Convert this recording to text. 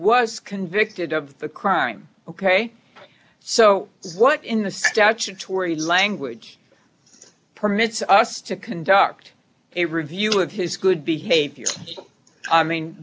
was convicted of a crime ok so what in the statutory language permits us to conduct a review of his good behavior i mean